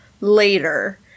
later